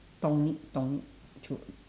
tonic tonic true